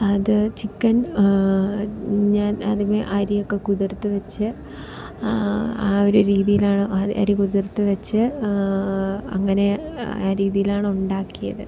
അത് ചിക്കൻ ഞാൻ ആദ്യമേ അരിയൊക്കെ കുതിർത്ത് വെച്ച് ആ ഒരു രീതിയിലാണ് അരി കുതിർത്ത് വെച്ച് അങ്ങനെ ആ രീതിയിലാണ് ഉണ്ടാക്കിയത്